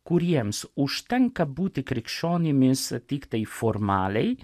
kuriems užtenka būti krikščionimis tiktai formaliai